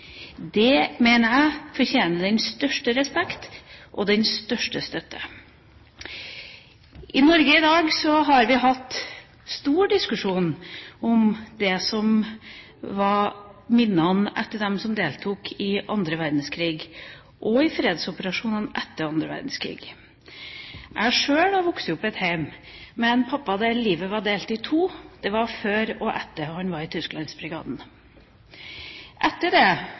Det mener jeg fortjener den største respekt og den største støtte. I Norge i dag har vi hatt stor diskusjon om dem som deltok i annen verdenskrig og i fredsoperasjonene etter annen verdenskrig, og deres minner. Jeg har sjøl vokst opp i et hjem med en pappa som hadde livet sitt delt i to: før og etter han var i Tysklandsbrigaden. Etter det